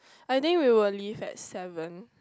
I think we will leave at seven